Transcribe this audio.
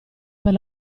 per